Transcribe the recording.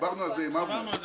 דיברנו על זה עם אבנר.